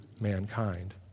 mankind